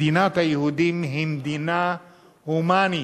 מדינת היהודים היא מדינה הומנית,